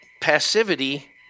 passivity